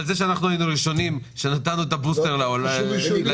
אבל אנחנו היינו הראשונים שנתנו את הבוסטר לאזרחים.